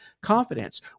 confidence